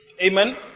Amen